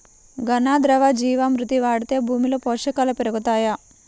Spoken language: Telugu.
ఘన, ద్రవ జీవా మృతి వాడితే భూమిలో పోషకాలు పెరుగుతాయా?